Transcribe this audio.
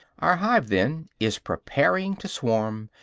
our hive, then, is preparing to swarm,